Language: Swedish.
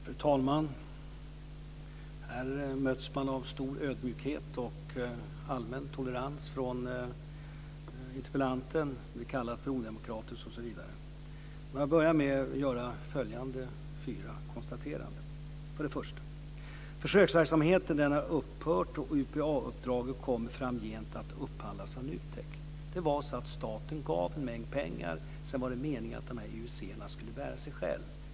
Fru talman! Man möts här av stor ödmjukhet och allmän tolerans från interpellanten - blir kallad odemokratisk osv. Jag vill börja med att göra följande fyra konstateranden. För det första: Försöksverksamheten har upphört, och UPA-uppdragen kommer framgent att upphandlas av NUTEK. Staten gav en summa pengar, och sedan skulle IUC:na klara sig själva.